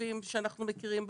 טובים שאנחנו מכירים בפריפריה,